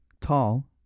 tall